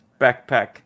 backpack